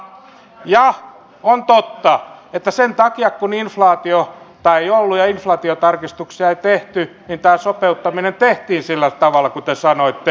ja on totta että sen takia että inflaatiota ei ollut ja inflaatiotarkistuksia ei tehty tämä sopeuttaminen tehtiin sillä tavalla kuin te sanoitte